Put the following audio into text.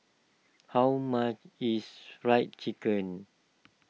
how much is Fried Chicken